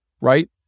right